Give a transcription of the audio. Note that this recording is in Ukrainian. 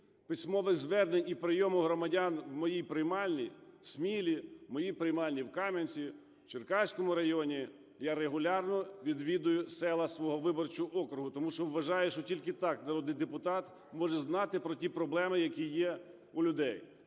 письмових звернень і прийому громадян в моїй приймальні в Смілі, в моїй приймальні в Кам'янці, Черкаському районі, я регулярно відвідую села свого виборчого округу, тому що вважаю, що тільки так народний депутат може знати про ті проблеми, які є у людей.